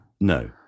No